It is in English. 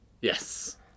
Yes